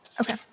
Okay